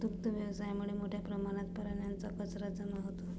दुग्ध व्यवसायामुळे मोठ्या प्रमाणात प्राण्यांचा कचरा जमा होतो